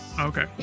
Okay